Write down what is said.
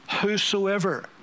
whosoever